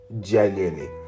Genuinely